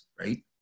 right